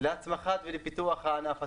להצמחת ולפיתוח הענף עצמו.